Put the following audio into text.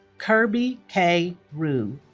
kirby k. ruhe